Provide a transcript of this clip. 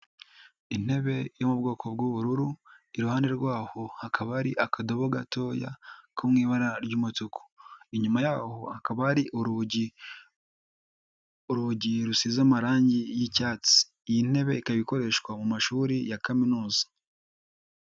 Intebe yo mu bwoko bw'ubururu, iruhande rwaho hakaba hari akadobo gatoya ko mu ibara ry'umutuku, inyumakaba hakaba hari urugi rusize amarangi y'icyatsi, iyi ntebe ikaba ikoreshwa mu mashuri ya Kaminuza.